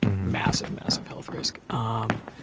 massive, massive health risk. um